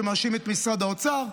שמאשים את משרד האוצר,